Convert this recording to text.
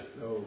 No